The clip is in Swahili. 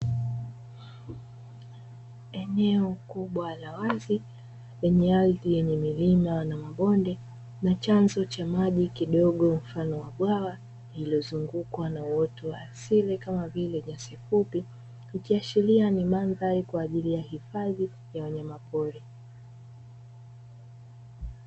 Eneo kubwa la wazi lenye ardhi yenye milima na mabonde na chanzo cha maji kidogo mfano wa bwawa lililozungukwa na uoto wa asili kama vile nyasi fupi, ikiashiria ni mandhari kwa ajili ya hifadhi ya wanyamapori.